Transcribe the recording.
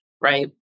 Right